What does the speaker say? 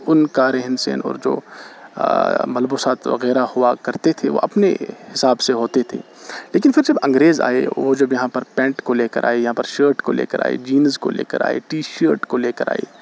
ان کا رہن سہن اور جو ملبوسات وغیرہ ہوا کرتے تھے وہ اپنے حساب سے ہوتے تھے لیکن پھر جب انگریز آئے وہ جب یہاں پر پینٹ کو لے کر آئے یہاں پر شرٹ کو لے کر آئے جینس کو لے کر آئے ٹی شرٹ کو لے کر آئے